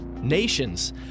Nations